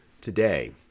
today